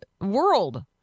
world